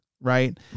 Right